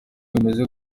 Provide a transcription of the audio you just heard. bimeze